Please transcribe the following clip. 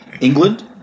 England